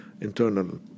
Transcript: internal